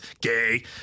Gay